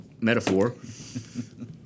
metaphor